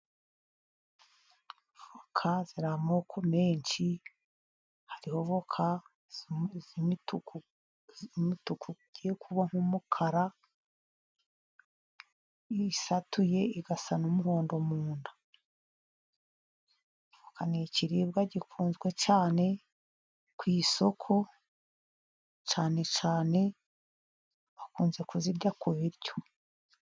Voka ziri amoko menshi, hariho voka z'imituku zigiye kuba nk'umukara, iyo uyisatuye igasa n'umuhondo mu nda, voka ni ikiribwa gikunzwe cyane ku isoko, cyane cyane bakunze kuzirya ku biryo.